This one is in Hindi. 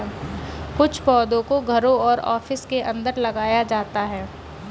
कुछ पौधों को घरों और ऑफिसों के अंदर लगाया जाता है